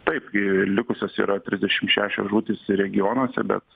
taip ir likusios yra trisdešim šešios žūtys regionuose bet